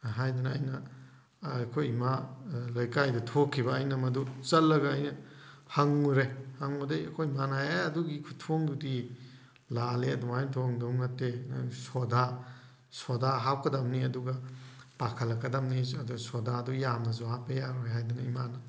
ꯍꯥꯏꯗꯅ ꯑꯩꯅ ꯑꯩꯈꯣꯏ ꯏꯃꯥ ꯂꯩꯀꯥꯏꯗ ꯊꯣꯛꯈꯤꯕ ꯑꯩꯅ ꯃꯗꯨ ꯆꯠꯂꯒ ꯑꯩꯅ ꯍꯪꯉꯨꯔꯦ ꯍꯪꯕꯗꯩ ꯑꯩꯈꯣꯏ ꯏꯃꯥꯅ ꯈꯥꯏ ꯑꯗꯨꯒꯤ ꯈꯨꯊꯣꯡꯗꯨꯗꯤ ꯂꯥꯜꯂꯦ ꯑꯗꯨꯃꯥꯏ ꯊꯣꯉꯗꯧ ꯅꯠꯇꯦ ꯅꯪ ꯁꯣꯗꯥ ꯁꯣꯗꯥ ꯍꯥꯞꯀꯗꯕꯅꯤ ꯑꯗꯨꯒ ꯄꯥꯈꯠꯂꯛꯀꯗꯕꯅꯤ ꯑꯗꯨ ꯁꯣꯗꯥꯗꯨ ꯌꯥꯝꯅꯁꯨ ꯍꯥꯞꯄ ꯌꯥꯔꯣꯏ ꯍꯥꯏꯗꯅ ꯏꯃꯥꯅ